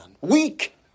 weak